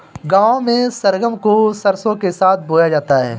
गांव में सरगम को सरसों के साथ बोया जाता है